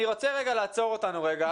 אני רוצה לעצור רגע,